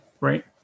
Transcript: Right